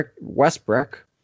Westbrook